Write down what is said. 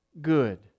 good